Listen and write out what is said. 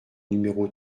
numéro